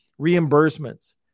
reimbursements